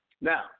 Now